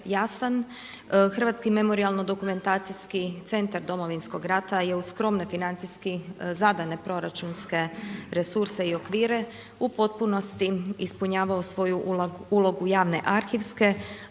Hrvatski memorijalno-dokumentacijski centar Domovinskog rata je uz skromne financijski, zadane proračunske resurse i okvire u potpunosti ispunjavao svoju ulogu javne arhivske